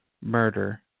murder